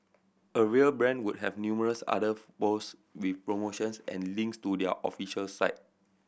a real brand would have numerous other post with promotions and links to their official site